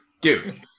Dude